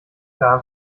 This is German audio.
klar